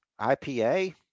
IPA